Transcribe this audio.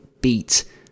beat